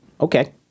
Okay